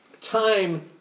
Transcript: time